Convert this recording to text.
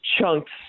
chunks